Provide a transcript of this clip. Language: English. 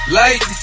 light